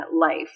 life